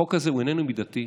החוק הזה הוא איננו מידתי.